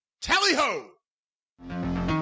Tally-ho